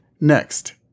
Next